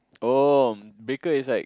oh breaker is like